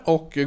Och